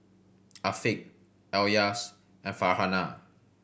Afiq Elyas and Farhanah